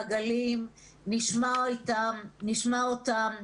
נשב איתם במעגלים ונשמע אותם.